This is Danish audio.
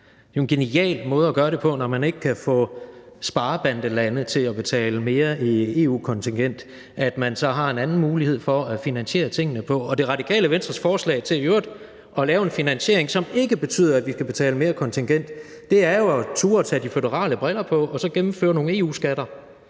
Det er jo en genial måde at gøre det på, når man ikke kan få sparebandelande til at betale mere i EU-kontingent, at man så har en anden mulighed for at finansiere tingene. Og Det Radikale Venstres forslag til i øvrigt at lave en finansiering, som ikke betyder, at vi skal betale mere i kontingent, er jo at turde tage de føderale briller på og så gennemføre nogle EU-skatter